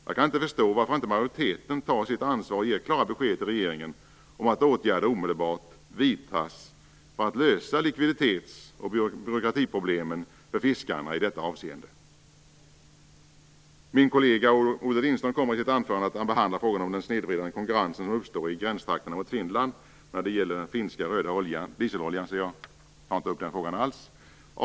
Jag kan inte förstå varför inte majoriteten tar sitt ansvar och ger klara besked till regeringen om att åtgärder omedelbart bör vidtas för att man skall kunna lösa likviditets och byråkratiproblemen för fiskarna i detta avseende. Min kollega Olle Lindström kommer i sitt anförande att behandla frågan om den snedvridande konkurrens som uppstår i gränstrakterna mot Finland när det gäller den finska röda dieseloljan, så jag tar inte upp den frågan alls.